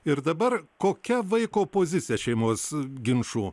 ir dabar kokia vaiko pozicija šeimos ginčų